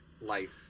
life